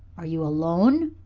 are you alone?